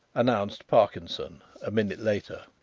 announced parkinson a minute later.